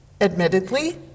Admittedly